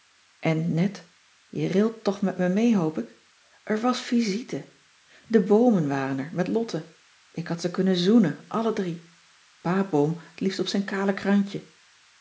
en net je rilt toch met me mee hoop ik er was visite de boomen waren er met lotte ik had ze kunnen zoenen alle drie pa boom t liefst op zijn kale kruintje